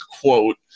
quote